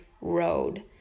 road